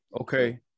okay